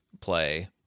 play